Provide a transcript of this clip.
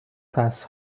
class